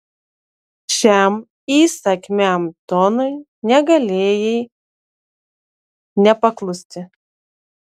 šiam įsakmiam tonui negalėjai nepaklusti